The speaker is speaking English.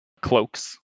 cloaks